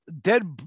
dead